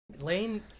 Lane